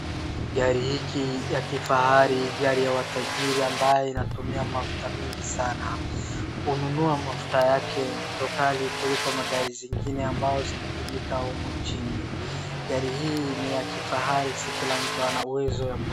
Gari hiki ya kifahari gari ya watajari ambayo inatumia mafuta mingi sanazkununua mafuta yake ndo kali kuliko zingine ambazo zinatumika humu nchini gari hii ni ya kifahari si kila mtu akona uwezo ya